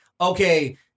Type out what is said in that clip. okay